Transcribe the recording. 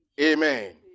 Amen